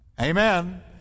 Amen